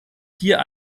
hier